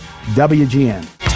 WGN